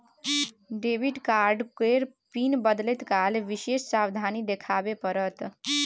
debit card केर PIN बदलैत काल विशेष सावाधनी देखाबे पड़त